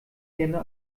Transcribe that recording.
gerne